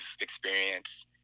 experience